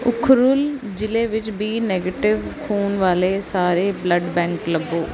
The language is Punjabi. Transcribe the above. ਉਖਰੁਲ ਜ਼ਿਲ੍ਹੇ ਵਿੱਚ ਬੀ ਨੈਗੇਟਿਵ ਖੂਨ ਵਾਲੇ ਸਾਰੇ ਬਲੱਡ ਬੈਂਕ ਲੱਭੋ